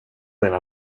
dina